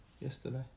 yesterday